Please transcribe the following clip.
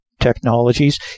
technologies